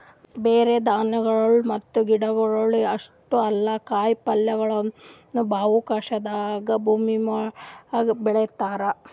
ಬರೇ ಧಾನ್ಯಗೊಳ್ ಮತ್ತ ಗಿಡಗೊಳ್ ಅಷ್ಟೇ ಅಲ್ಲಾ ಕಾಯಿ ಪಲ್ಯಗೊಳನು ಬಾಹ್ಯಾಕಾಶದಾಂದು ಭೂಮಿಮ್ಯಾಗ ಬೆಳಿತಾರ್